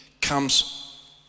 comes